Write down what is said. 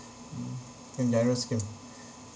mm the GIRO scheme